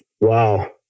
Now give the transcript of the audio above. wow